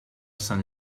sant